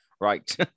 right